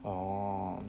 oh